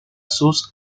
sus